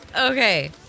Okay